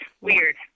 weird